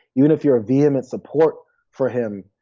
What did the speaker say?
even if your vehement support for him,